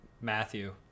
Matthew